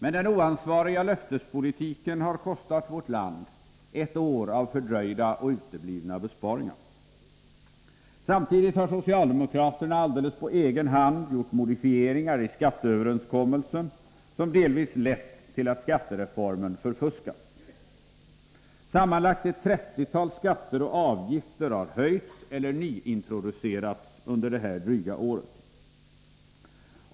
Men den oansvariga löftespolitiken har kostat vårt land ett år av fördröjda och uteblivna besparingar. Samtidigt har socialdemokraterna alldeles på egen hand gjort modifieringar i skatteöverenskommelsen som delvis lett till att skattereformen förfuskats. Sammanlagt ett 30-tal skatter och avgifter har höjts eller nyintroducerats under det här dryga året.